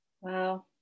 Wow